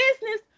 business